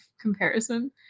comparison